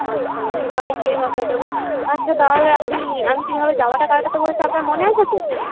আচ্ছা আমি তাহলে গিয়ে মাপটা দেবো আচ্ছা তাহলে আপনি আমি কীভাবে জামাটা কাটাতে বলেছি আপনার মনে আছে তো